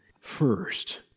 first